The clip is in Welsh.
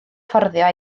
fforddio